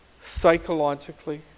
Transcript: psychologically